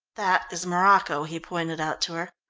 that is morocco, he pointed out to her.